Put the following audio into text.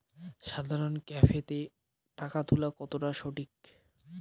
সাধারণ ক্যাফেতে টাকা তুলা কতটা সঠিক?